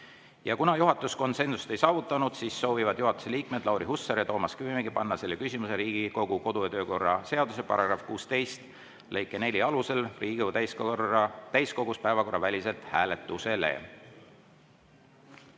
Kuna juhatus konsensust ei saavutanud, soovivad juhatuse liikmed Lauri Hussar ja Toomas Kivimägi panna selle küsimuse Riigikogu kodu- ja töökorra seaduse § 16 lõike 4 alusel Riigikogu täiskogus päevakorraväliselt hääletusele.